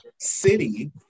city